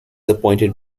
appointed